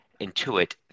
intuit